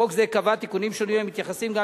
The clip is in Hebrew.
חוק זה קבע תיקונים שונים המתייחסים גם